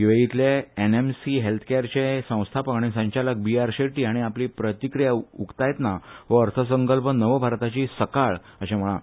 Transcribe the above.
युएएफतले NMC health care संस्थापक आनी संचालक बीआर शेट्टी हांणी आपली प्रतिक्रिया उकतायतना हो अर्थसंकल्प नव भारताची सकाळ अर्शे म्हळां